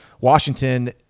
Washington